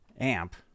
Amp